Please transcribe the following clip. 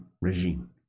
regime